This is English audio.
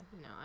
no